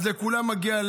אז לכולם מגיע.